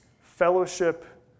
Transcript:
fellowship